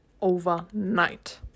overnight